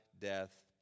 death